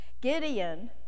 Gideon